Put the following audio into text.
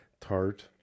tart